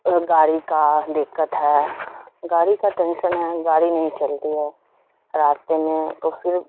گاڑی کا دقت ہے گاڑی کا ٹینشن ہے گاڑی نہیں چلتی ہے راستے میں تو پھر